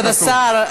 כבוד השר,